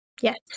yes